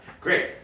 Great